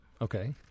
Okay